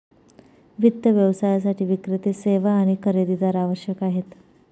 वित्त व्यवसायासाठी विक्रेते, सेवा आणि खरेदीदार आवश्यक आहेत